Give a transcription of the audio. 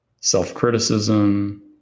self-criticism